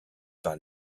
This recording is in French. par